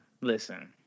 listen